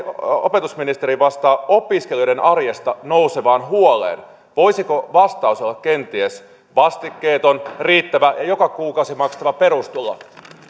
opetusministeri vastaa opiskelijoiden arjesta nousevaan huoleen voisiko vastaus olla kenties vastikkeeton riittävä ja joka kuukausi maksettava perustulo